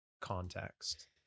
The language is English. context